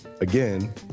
again